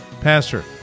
Pastor